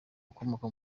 ukomoka